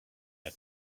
her